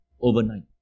overnight